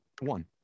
one